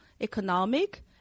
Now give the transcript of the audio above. economic